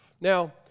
Now